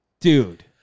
Dude